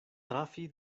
trafi